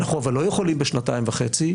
אבל אנחנו לא יכולים בשנתיים וחצי,